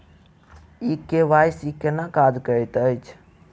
ई KYC केना काज करैत अछि?